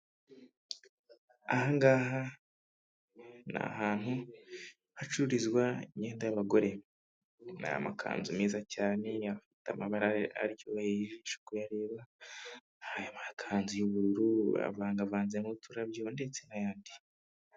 Aha ngaha ni ahantu hacururizwa imyenda y'abagore, ni amakanzu meza cyane afite amabara aryoheye ijisho kuyareba a bakanzu y'ubururuvangavanze nkmouturabyo ndetse n'ayandi.